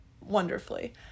wonderfully